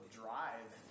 drive